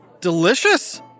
Delicious